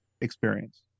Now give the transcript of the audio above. experience